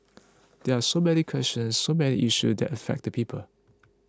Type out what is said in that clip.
there are so many questions so many issues that affect the people